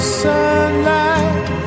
sunlight